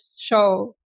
show